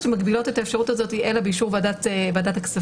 שמגבילות את האפשרות הזאת אלא באישור ועדת הכספים,